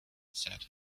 said